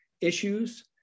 issues